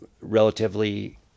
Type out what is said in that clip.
relatively